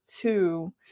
two